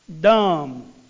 Dumb